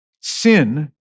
sin